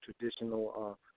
traditional